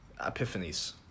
epiphanies